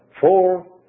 Four